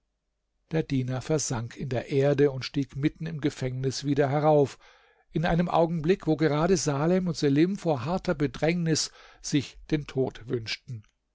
der diener versank in der erde und stieg mitten im gefängnis wieder herauf in einem augenblick wo gerade salem und selim vor harter bedrängnis sich den tod wünschten